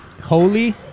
Holy